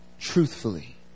truthfully